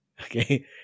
Okay